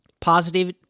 positive